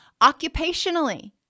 Occupationally